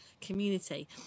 community